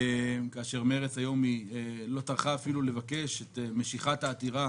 כאשר מרצ לא טרחה אפילו לבקש את משיכת העתירה